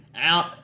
out